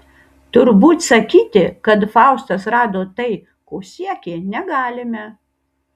turbūt sakyti kad faustas rado tai ko siekė negalime